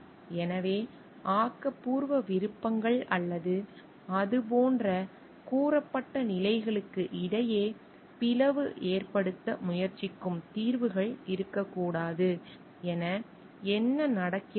எனவே ஆக்கப்பூர்வ விருப்பங்கள் அல்லது அது போன்ற கூறப்பட்ட நிலைகளுக்கு இடையே பிளவு ஏற்படுத்த முயற்சிக்கும் தீர்வுகள் இருக்கக்கூடாது என என்ன நடக்கிறது